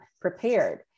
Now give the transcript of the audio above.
prepared